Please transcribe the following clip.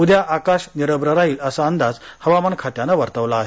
उद्या आकाश निरभ्र राहिल असा अंदाज हवामान खात्यानं वर्तवला आहे